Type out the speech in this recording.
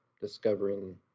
Discovering